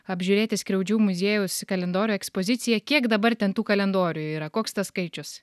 apžiūrėti skriaudžių muziejaus kalendorių ekspozicija kiek dabar ten tų kalendorių yra koks tas skaičius